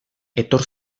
etor